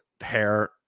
hair